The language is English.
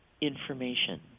information